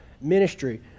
ministry